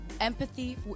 empathy